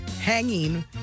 hanging